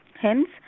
Hence